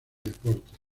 deportes